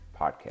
podcast